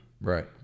right